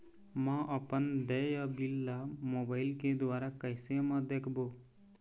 म अपन देय बिल ला मोबाइल के द्वारा कैसे म देखबो?